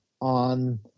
on